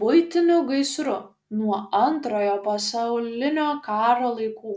buitiniu gaisru nuo antrojo pasaulinio karo laikų